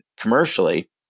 commercially